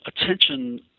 attention